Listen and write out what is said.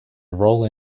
roll